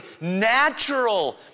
natural